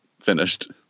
finished